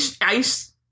ice